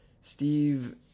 Steve